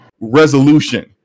resolution